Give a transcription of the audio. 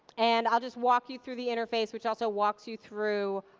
and i'll just walk you through the interface, which also walks you through